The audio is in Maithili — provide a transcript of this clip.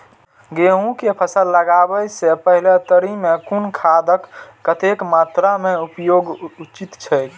गेहूं के फसल लगाबे से पेहले तरी में कुन खादक कतेक मात्रा में उपयोग उचित छेक?